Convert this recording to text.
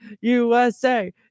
USA